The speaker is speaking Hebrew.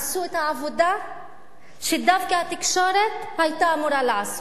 את העבודה שדווקא התקשורת היתה אמורה לעשות: